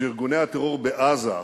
שארגוני הטרור בעזה,